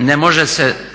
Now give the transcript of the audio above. ne može se